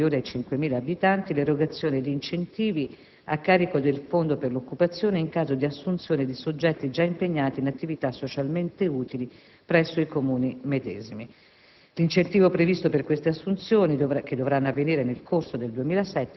della legge finanziaria 2007) che prevede, per i Comuni con popolazione inferiore a 5.000 abitanti, l'erogazione di incentivi a carico del Fondo per l'occupazione in caso di assunzione di soggetti già impegnati in attività socialmente utili presso i Comuni medesimi.